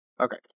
Okay